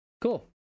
cool